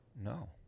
No